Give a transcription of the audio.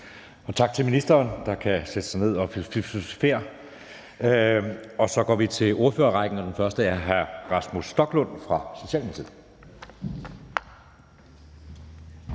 Tak til ministeren, der kan sætte sig ned og filosofere. Så går vi til ordførerrækken, og den første er hr. Rasmus Stoklund fra Socialdemokratiet.